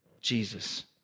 Jesus